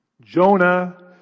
Jonah